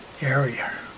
area